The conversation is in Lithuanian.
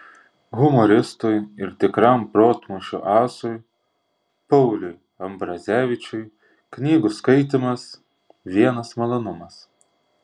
humoristui ir tikram protmūšių asui pauliui ambrazevičiui knygų skaitymas vienas malonumas